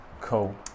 Cool